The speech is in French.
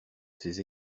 ses